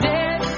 Dead